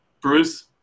Bruce